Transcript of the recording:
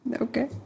Okay